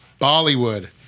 Bollywood